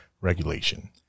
regulation